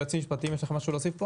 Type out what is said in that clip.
היועצים המשפטיים, יש לכם משהו להוסיף?